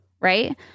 right